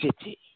City